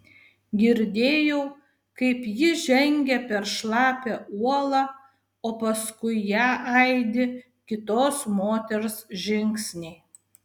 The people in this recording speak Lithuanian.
girdėjau kaip ji žengia per šlapią uolą o paskui ją aidi kitos moters žingsniai